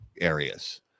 areas